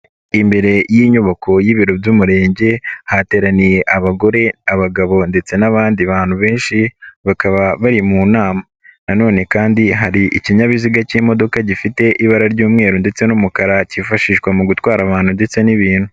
Imbere y'inyubako y'ibiro by'Umurenge hateraniye abagore, abagabo ndetse n'abandi bantu benshi bakaba bari mu nama nanone kandi hari ikinyabiziga k'imodoka gifite ibara ry'umweru ndetse n'umukara kifashishwa mu gutwara abantu ndetse n'ibintu.